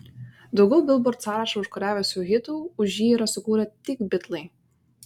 daugiau bilbord sąrašą užkariavusių hitų už jį yra sukūrę tik bitlai